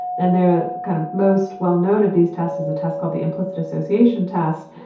and the kind of most well-known of these tests is a test called the implicit association test,